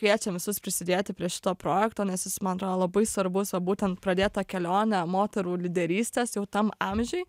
kviečiam visus prisidėti prie šito projekto nes jis man yra labai svarbus va būtent pradėt tą kelionę moterų lyderystės jau tam amžiuj